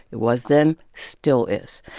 it was then still is.